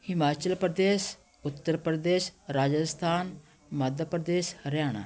Himachal Pradesh Uttar Pradesh Rajasthan Madhya Pradesh Haryana